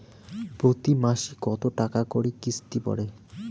প্রতি মাসে কতো টাকা করি কিস্তি পরে?